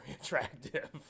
attractive